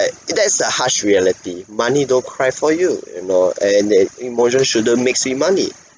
uh that's the harsh reality money don't cry for you you know and that emotion shouldn't makes me money